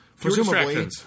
presumably –